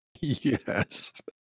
yes